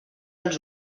als